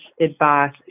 advice